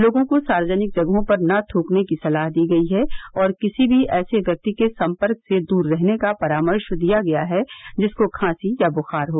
लोगों को सार्वजनिक जगहों पर न थूकने की सलाह दी गई है और किसी भी ऐसे व्यक्ति के संपर्क से दूर रहने का परामर्श दिया गया है जिसको खांसी या बुखार हो